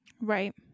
Right